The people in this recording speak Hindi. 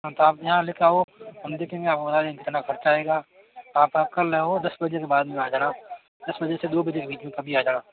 हाँ तो आप यहाँ लेकर आओ हम देखेंगे हमारे यहाँ कितना खर्चा आएगा आप कल ले आओ दस बजे के बाद आ जाना दस बजे से दो बजे के बीच में कभी आ जाना